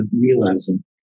realizing